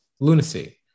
Lunacy